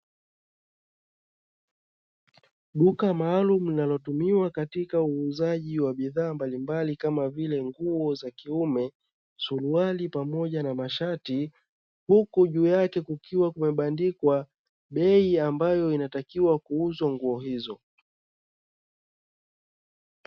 Duka maalumu linalotumiwa katika uuzaji wa bidhaa mbalimbali kama vile nguo za kiume suruali pamoja na mashati, huku juu yake kukiwa kumebandikwa bei ambayo inatakiwa kuuzwa nguo hizo.